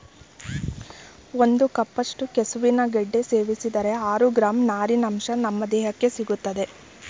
ಒಂದು ಕಪ್ನಷ್ಟು ಕೆಸುವಿನ ಗೆಡ್ಡೆ ಸೇವಿಸಿದರೆ ಆರು ಗ್ರಾಂ ನಾರಿನಂಶ ನಮ್ ದೇಹಕ್ಕೆ ಸಿಗ್ತದೆ